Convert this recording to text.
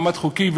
מעמד חוקי,